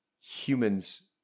humans